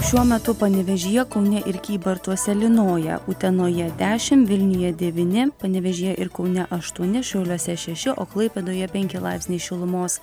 šiuo metu panevėžyje kaune ir kybartuose lynoja utenoje dešim vilniuje devyni panevėžyje ir kaune aštuoni šiauliuose šeši o klaipėdoje penki laipsniai šilumos